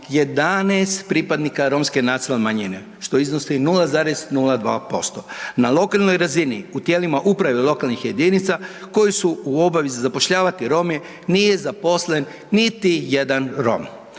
11 pripadnika romske nacionalne manjine, što iznosi 0,02%. Na lokalnoj razini u tijelima uprave lokalnih jedinica koji su u obavezi zapošljavati Rome nije zaposlen niti jedan Rom.